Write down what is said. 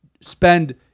spend